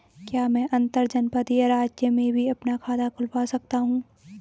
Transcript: क्या मैं अंतर्जनपदीय राज्य में भी अपना खाता खुलवा सकता हूँ?